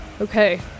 Okay